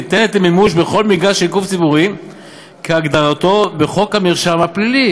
ניתנת למימוש בכל מכרז של גוף ציבורי כהגדרתו בחוק המרשם הפלילי.